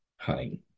hunting